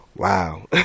Wow